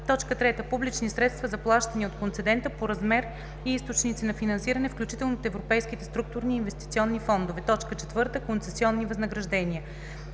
3. публични средства за плащания от концедента по размер и източници на финансиране, включително от Европейските структурни и инвестиционни фондове; 4. концесионни възнаграждения.